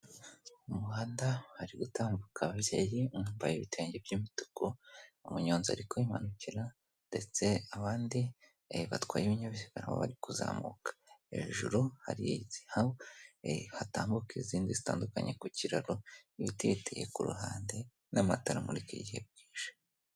Umuhanda wari gutambuka ababyeyimbaye ibitenge by'imituku unyonza ariko impankira ndetse abandigatwaye ibinyabiziga bari kuzamuka hejuru hari hatambuka izindi zitandukanye ku kiraroibiteteye ku ruhande n'amatara muririka kigu.